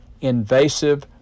invasive